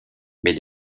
mais